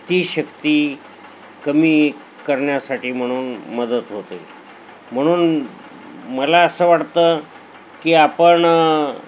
ती शक्ती कमी करण्यासाठी म्हणून मदत होते म्हणून मला असं वाटतं की आपण